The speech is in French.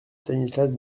stanislas